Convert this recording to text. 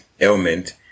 ailment